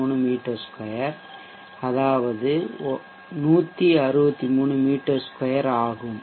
63 மீ 2 163 மீ 2 ஆகும்